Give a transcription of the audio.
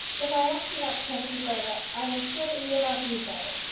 if i ask you not to press me further, i am sure that you will not do so.